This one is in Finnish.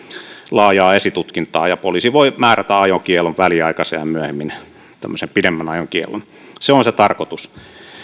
laajaa esitutkintaa ja poliisi voi määrätä ajokiellon väliaikaisen ja myöhemmin tämmöisen pidemmän ajokiellon se on se tarkoitus